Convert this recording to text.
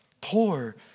poor